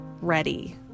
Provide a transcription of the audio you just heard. Ready